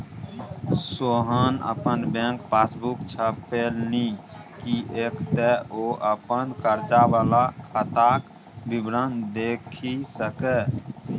सोहन अपन bank passbook छपेलनि किएक तँ ओ अपन कर्जा वला खाताक विवरण देखि सकय